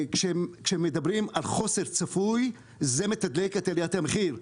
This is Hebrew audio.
כשמדברים על חוסר צפוי זה מתדלק את עליית המחיר.